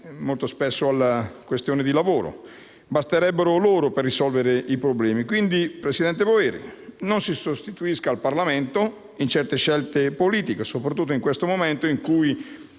molto spesso legati al lavoro. Basterebbero loro per risolvere i problemi. Quindi, presidente Boeri, non si sostituisca al Parlamento in certe scelte politiche, soprattutto in un momento in cui